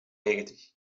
negentig